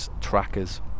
trackers